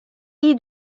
iyi